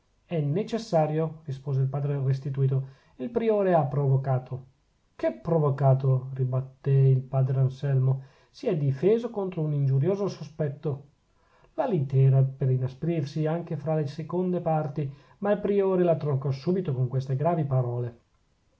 è necessario rispose il padre restituto il priore ha provocato che provocato ribattè il padre anselmo si è difeso contro un ingiurioso sospetto la lite era per inasprirsi anche fra le seconde parti ma il priore la troncò subito con queste gravi parole